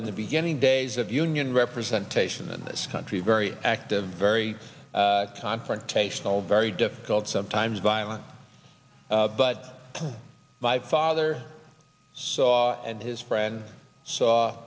in the beginning days of union representation in this country very active very confrontational very difficult sometimes violent but my father saw it and his friend saw